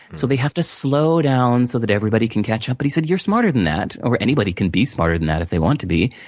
so they have to slow down so everybody can catch up. but, he said, you're smarter than that. or anybody can be smarter than that, if they want to be,